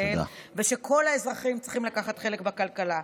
וכל האזרחים צריכים לקחת חלק בכלכלה.